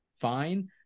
fine